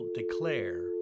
declare